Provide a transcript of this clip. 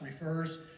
refers